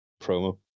promo